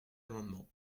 amendement